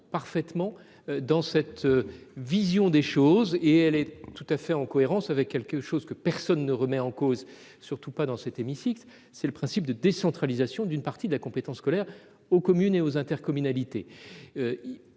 parfaitement à cette vision des choses. Elle est tout à fait en cohérence avec un principe que personne ne remet en cause, surtout dans cet hémicycle : le principe de décentralisation d'une partie de la compétence scolaire aux communes et aux intercommunalités.